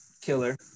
killer